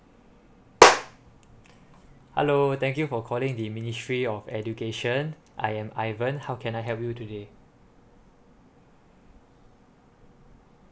hello thank you for calling the ministry of education I am ivan how can I help you today